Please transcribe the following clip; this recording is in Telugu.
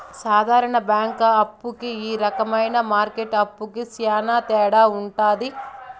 సాధారణ బ్యాంక్ అప్పు కి ఈ రకమైన మార్కెట్ అప్పుకి శ్యాన తేడా ఉంటది